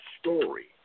story